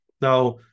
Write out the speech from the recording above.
Now